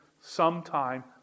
sometime